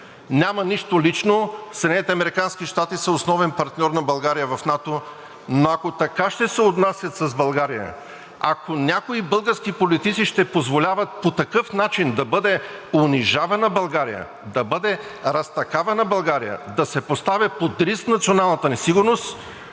американски щати са основен партньор на България в НАТО, но ако така ще се отнасят с България, ако някои български политици ще позволяват по такъв начин да бъде унижавана България, да бъде разтакавана България, да се поставя под риск националната ни сигурност,